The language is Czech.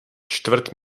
čtvrt